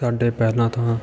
ਸਾਡੇ ਪਹਿਲਾਂ ਤਾਂ